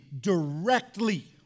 directly